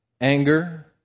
anger